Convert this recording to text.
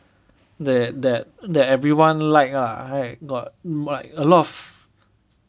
that that that everyone like lah right got like a lot of